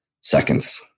seconds